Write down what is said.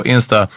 Insta